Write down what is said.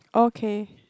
okay